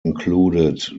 included